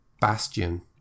Bastion